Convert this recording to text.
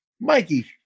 Mikey